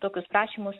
tokius prašymus